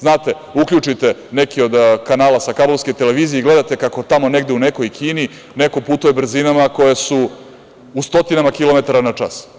Znate, uključite neki od kanala sa kablovske televizije i gledate kako tamo negde u nekoj Kini neko putuje brzinama koje su u stotinama kilometara na čas.